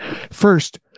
First